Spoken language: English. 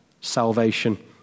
salvation